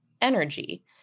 energy